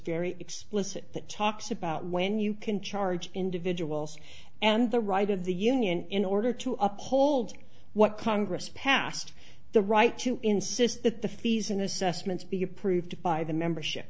very explicit that talks about when you can charge individuals and the right of the union in order to uphold what congress passed the right to insist that the fees and assessments be approved by the membership